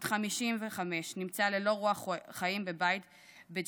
בת 55, נמצאה ללא רוח חיים בבית בג'דיידה-מכר,